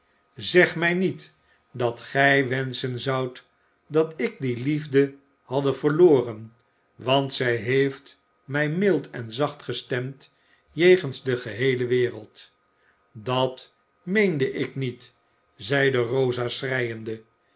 zeg mij niet dat gij wenschen zoudt dat ik die liefde hadde verloren want zij heeft mij mild en zacht gestemd jegens de gehee e wereld dat meende ik niet zeide rosa schreiende